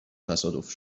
تصادف